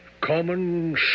common